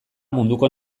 munduko